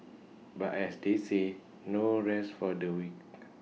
but as they say no rest for the wicked